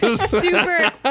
super